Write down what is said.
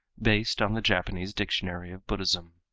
based on the japanese dictionary of buddhism.